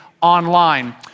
online